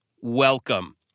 welcome